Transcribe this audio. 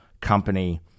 company